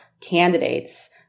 candidates